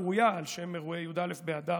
הקרויה על שם אירועי י"א באדר,